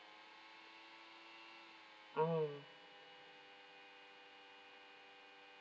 mm